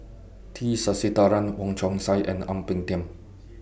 T Sasitharan Wong Chong Sai and Ang Peng Tiam